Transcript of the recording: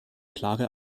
klare